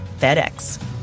FedEx